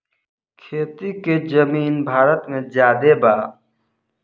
खेती के जमीन भारत मे ज्यादे बा